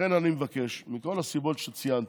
לכן אני מבקש, מכל הסיבות שציינתי,